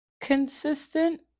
consistent